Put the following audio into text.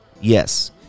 Yes